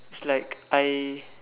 it's like I